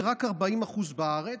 ורק 40% בארץ.